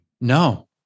no